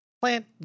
plant